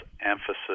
emphasis